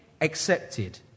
accepted